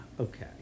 Okay